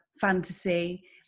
Fantasy